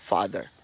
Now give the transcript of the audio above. Father